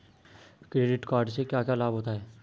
Credit card से क्या क्या लाभ होता है?